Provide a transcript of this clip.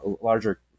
larger